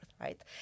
right